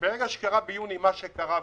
ברגע שקרה מה שקרה